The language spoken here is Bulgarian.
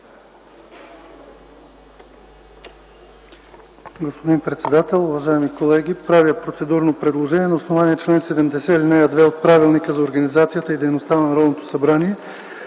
Господин председател, уважаеми колеги! Правя процедурно предложение - на основание чл. 70, ал. 2 от Правилника за организацията и